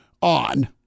on